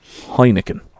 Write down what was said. Heineken